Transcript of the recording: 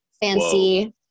Fancy